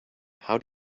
how